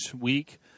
week